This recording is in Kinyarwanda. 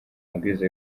amabwiriza